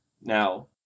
Now